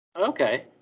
Okay